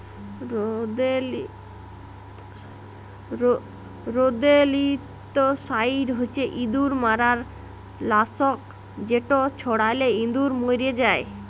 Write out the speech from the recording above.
rodenticide হছে ইঁদুর মারার লাসক যেট ছড়ালে ইঁদুর মইরে যায়